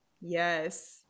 Yes